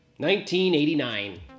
1989